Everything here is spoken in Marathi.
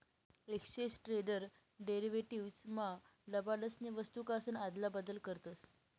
एक्सचेज ट्रेडेड डेरीवेटीव्स मा लबाडसनी वस्तूकासन आदला बदल करतस